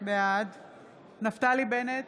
בעד נפתלי בנט,